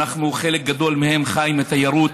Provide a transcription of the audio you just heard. חלק גדול מהם חי מתיירות.